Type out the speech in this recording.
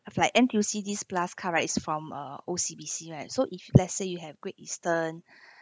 if like N_T_U_C this plus card right is from uh O_C_B_C right so if let's say you have Great Eastern